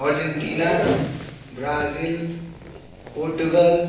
Argentina Brazil Portugal